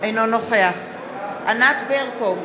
אינו נוכח ענת ברקו,